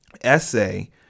essay